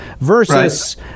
versus